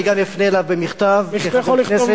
אני גם אפנה אליו במכתב כחבר הכנסת,